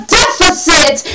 deficit